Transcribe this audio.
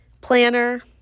planner